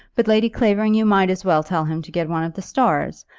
but, lady clavering, you might as well tell him to get one of the stars.